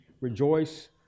rejoice